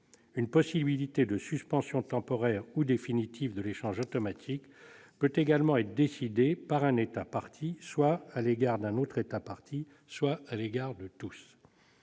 des données. Une suspension temporaire ou définitive de l'échange automatique peut également être décidée par un État partie soit à l'égard d'un autre État partie, soit à l'égard de tous.